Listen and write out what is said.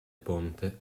ponte